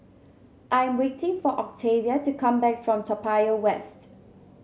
I'm waiting for Octavia to come back from Toa Payoh West